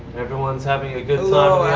everyone's having a good so